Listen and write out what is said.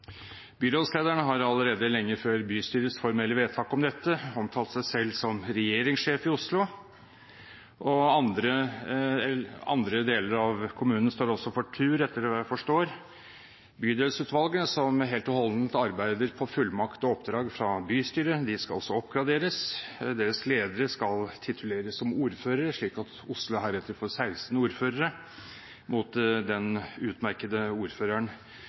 Byrådslederen har allerede lenge før bystyrets formelle vedtak om dette omtalt seg selv som «regjeringssjef» i Oslo, og andre deler av kommunen står etter hva jeg forstår for tur. Bydelsutvalgene, som helt og holdent arbeider på fullmakt og oppdrag fra bystyret, skal også oppgraderes. Deres ledere skal tituleres som ordførere, slik at Oslo heretter får 16 ordførere, mot den utmerkede ordføreren